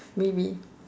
maybe